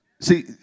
see